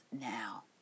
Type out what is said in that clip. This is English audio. now